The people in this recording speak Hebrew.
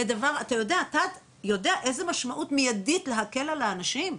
אתה יודע איזה משמעות מיידית להקל על האנשים,